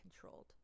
controlled